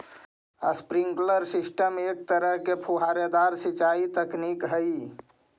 sprinkler system एक तरह के फुहारेदार सिंचाई तकनीक हइ